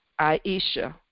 Aisha